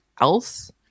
else